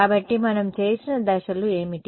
కాబట్టి మనం చేసిన దశలు ఏమిటి